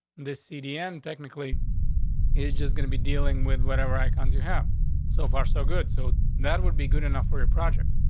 this cdn technically is just gonna be dealing with whatever icons you have so far, so good. so that would be good enough for your project.